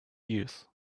years